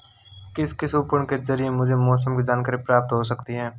किस किस उपकरण के ज़रिए मुझे मौसम की जानकारी प्राप्त हो सकती है?